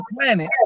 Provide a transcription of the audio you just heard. planet